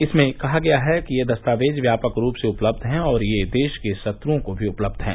इसमें कहा गया है कि ये दस्तावेज व्यापक रूप से उपलब्ध है और ये देश के शत्रुओं को भी उपलब्ध हैं